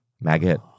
maggot